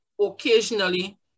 occasionally